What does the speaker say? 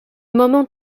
moment